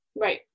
Right